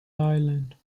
island